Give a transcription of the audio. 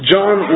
John